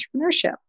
entrepreneurship